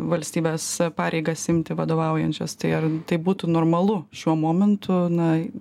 valstybės pareigas imti vadovaujančias tai ar tai būtų normalu šiuo momentu na